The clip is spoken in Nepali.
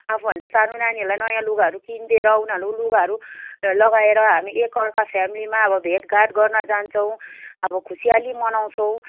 आफू भन्दा सानो नानीहरूलाई नयाँ लुगाहरू किनिदिएर उनीहरू लुगाहरू लगाएर हामी एक अर्का फ्यामिलीमा अब भेटघाट गर्न जान्छौँ अब खुसियाली मनाउछौँ